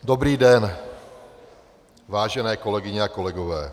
Dobrý den, vážené kolegyně a kolegové.